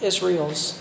Israel's